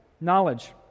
knowledge